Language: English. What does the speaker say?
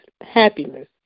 happiness